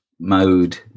mode